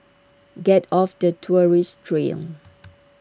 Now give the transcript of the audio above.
get off the tourist trail